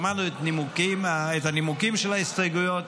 שמענו את הנימוקים של ההסתייגויות.